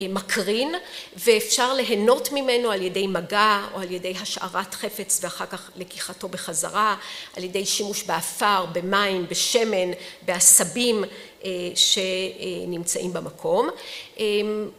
מקרין ואפשר להנות ממנו על ידי מגע או על ידי השארת חפץ ואחר כך לקיחתו בחזרה, על ידי שימוש באפר, במים, בשמן, בעשבים שנמצאים במקום.